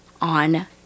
on